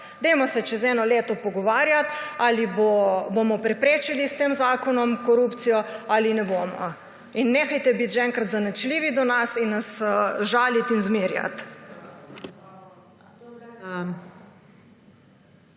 Dajmo se čez eno leto pogovarjati ali bomo preprečili s tem zakonom korupcijo ali je ne bomo. In nehajte biti že enkrat zaničljivi do nas in nas žaliti in zmerjati.